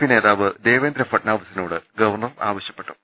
P നേതാവ് ദേവേന്ദ്ര ഫഡ്നാവിസിനോട് governor ആവശ്യപ്പെട്ടു